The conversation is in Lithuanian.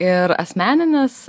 ir asmeninės